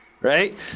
right